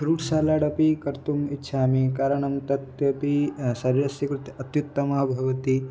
fruit salad अपि कर्तुम् इच्छामि कारणं तत् तेपि सर्वस्य कृते अत्यत्तमा भवति